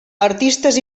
artistes